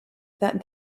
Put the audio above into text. that